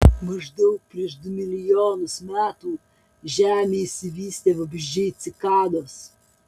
maždaug prieš du milijonus metų žemėje išsivystė vabzdžiai cikados